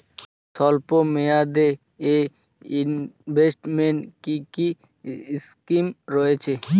স্বল্পমেয়াদে এ ইনভেস্টমেন্ট কি কী স্কীম রয়েছে?